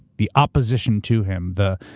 the opposition to him, the